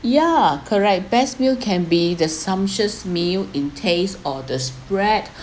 ya correct best meal can be the sumptuous meal in taste or the spread